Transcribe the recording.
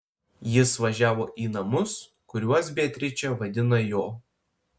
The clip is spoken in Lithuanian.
jis važiavo į namus kuriuos beatričė vadino jo